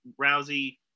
Rousey